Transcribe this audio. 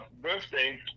birthday